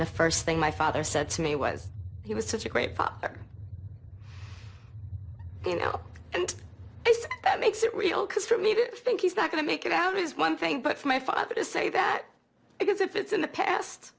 the first thing my father said to me was he was such a great father you know and i said that makes it real because for me to think he's not going to make it out is one thing but for my father to say that because if it's in the past